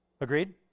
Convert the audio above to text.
Agreed